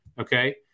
okay